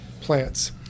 plants